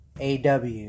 AW